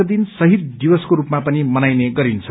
यो दिन शहीद दिवसको रूपमा पनि मनाइने छ